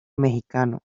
mexicano